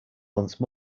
once